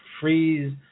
freeze